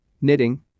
knitting